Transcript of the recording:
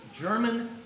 German